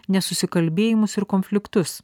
nesusikalbėjimus ir konfliktus